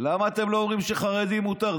למה אתם לא אומרים שחרדי מותר?